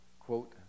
quote